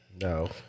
no